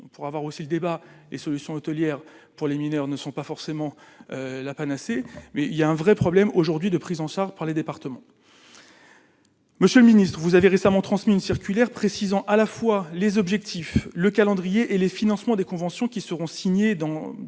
pour avoir aussi le débat et solutions hôtelière pour les mineurs ne sont pas forcément la panacée, mais il y a un vrai problème aujourd'hui de prise en charge par les départements. Monsieur le Ministre vous avez récemment transmis une circulaire précisant à la fois les objectifs, le calendrier et les financements des conventions qui seront signés dans d'ici